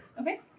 Okay